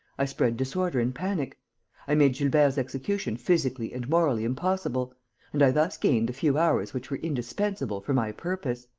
i spread disorder and panic i made gilbert's execution physically and morally impossible and i thus gained the few hours which were indispensable for my purpose.